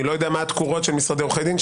אני לא יודע מה התקורות של משרדי עורכי דין,